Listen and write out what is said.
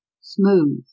smooth